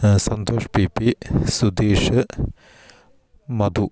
Santhosh P P Sudheesh Madhu